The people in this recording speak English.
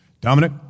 Dominic